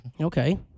Okay